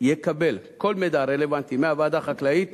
יקבל כל מידע רלוונטי מהוועדה החקלאית